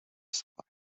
supply